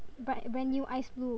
bright brand new ice blue